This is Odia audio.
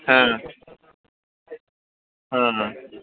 ହୁଁ ହଁ ହଁ